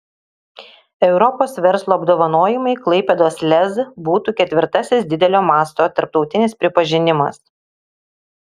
europos verslo apdovanojimai klaipėdos lez būtų ketvirtasis didelio masto tarptautinis pripažinimas